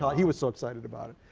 he was so excited about it,